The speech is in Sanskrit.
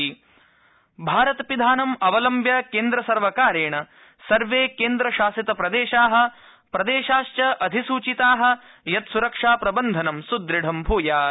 भारत पिधानम् भारत पिधानम् अवलम्ब्य केन्द्रसर्वकारेण सर्वे केन्द्रशासितप्रदेशाः प्रदेशाध अधिसूचिताः यत् सरक्षा प्रबन्धनं सुदृढं भूयात्